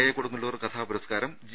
A Kodungallur കഥാപുരസ്കാരം G